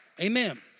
Amen